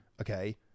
okay